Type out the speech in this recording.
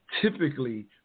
typically